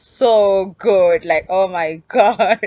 so good like oh my god